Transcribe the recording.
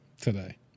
today